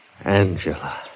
Angela